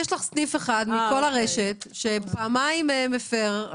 יש לך סניף אחד מכל הרשת שפעמיים מפר,